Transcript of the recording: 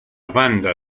banda